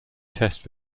test